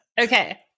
Okay